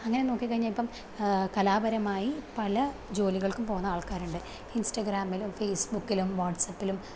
അങ്ങനെ നോക്കി കഴിഞ്ഞാൽ ഇപ്പം കലാപരമായി പല ജോലികൾക്കും പോകുന്ന ആൾക്കാരുണ്ട് ഇൻസ്റ്റഗ്രാമിലും ഫേസ്ബുക്കിലും വാട്സാപ്പിലും